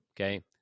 Okay